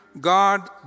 God